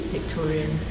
Victorian